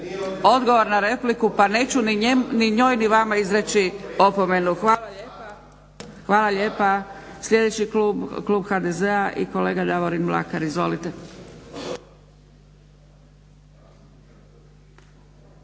odgovor na repliku pa neću ni njoj ni vama izreći opomenu. Hvala lijepa. Sljedeći klub, klub HDZ-a i kolega Davorin Mlakar. Izvolite.